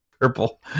purple